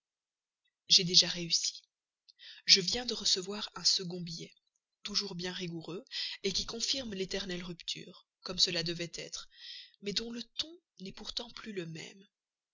j'ai déjà réussi je viens de recevoir un second billet toujours bien rigoureux qui confirme l'éternelle rupture comme cela devait être mais dont le ton n'est pourtant plus le même